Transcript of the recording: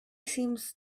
seems